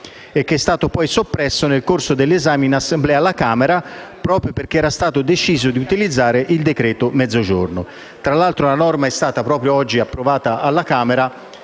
e che è stato poi soppresso nel corso dell'esame in Assemblea alla Camera proprio perché era stato deciso di utilizzare il decreto sul Mezzogiorno. Tra l'altro, la norma è stata proprio oggi approvata alla Camera